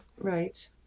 right